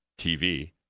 TV